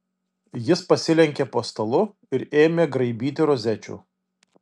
jis pasilenkė po stalu ir ėmė graibyti rozečių